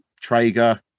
Traeger